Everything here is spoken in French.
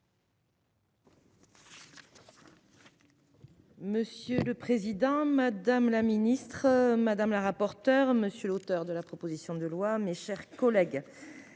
Monsieur le président, madame la ministre madame la rapporteure monsieur l'auteur de la proposition de loi, mes chers collègues.